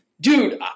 Dude